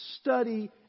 study